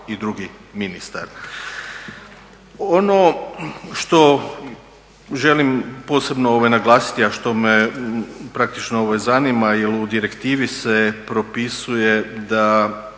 i drugi ministar. Ono što želim posebno naglasiti, a što me praktično zanima jer u direktivi se propisuje da